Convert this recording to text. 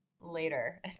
later